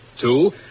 Two